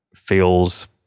feels